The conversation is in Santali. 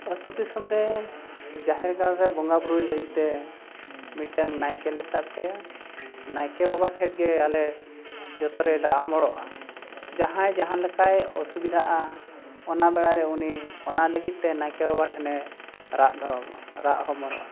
ᱟᱛᱳ ᱫᱤᱥᱚᱢ ᱨᱮ ᱡᱟᱦᱮᱨ ᱜᱟᱲ ᱨᱮ ᱵᱚᱸᱜᱟ ᱵᱩᱨᱩᱭ ᱞᱟᱹᱜᱤᱫᱼᱛᱮ ᱢᱤᱫᱴᱟᱝ ᱱᱟᱭᱠᱮᱞᱮ ᱥᱟᱵ ᱠᱟᱭᱟ ᱱᱟᱭᱠᱮ ᱵᱟᱵᱟ ᱴᱷᱮᱱᱜᱮ ᱟᱞᱮ ᱡᱚᱛᱚᱞᱮ ᱨᱟᱜ ᱦᱚᱢᱚᱨᱚᱜᱼᱟ ᱡᱟᱦᱟᱸᱭ ᱡᱟᱦᱟᱸ ᱞᱮᱠᱟᱭ ᱚᱥᱩᱵᱤᱫᱷᱟᱜᱼᱟ ᱚᱱᱟ ᱵᱮᱲᱟᱨᱮ ᱩᱱᱤ ᱚᱱᱟ ᱞᱟᱹᱜᱤᱫᱼᱛᱮ ᱱᱟᱭᱠᱮ ᱵᱟᱵᱟ ᱴᱷᱮᱱᱮ ᱨᱟᱜ ᱨᱟᱜ ᱦᱚᱢᱚᱲᱨᱜᱼᱟ